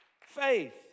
Faith